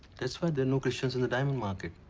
that's why there are no christians in the diamond market.